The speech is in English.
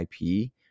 IP